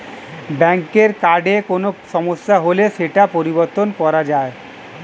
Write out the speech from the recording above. ব্যাঙ্কের কার্ডে কোনো সমস্যা হলে সেটা পরিবর্তন করা যায়